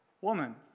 woman